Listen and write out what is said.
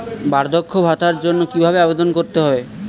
বার্ধক্য ভাতার জন্য কিভাবে আবেদন করতে হয়?